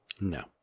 No